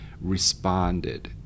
responded